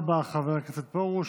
תודה רבה, חבר הכנסת פרוש.